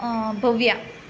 ಭವ್ಯ